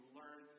learn